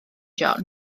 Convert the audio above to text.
john